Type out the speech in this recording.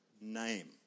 name